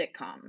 sitcoms